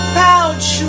pouch